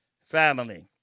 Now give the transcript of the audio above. family